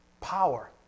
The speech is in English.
power